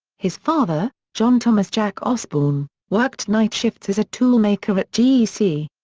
his father, john thomas jack osbourne, worked nightshifts as a toolmaker at gec.